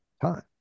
time